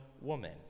woman